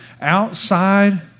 Outside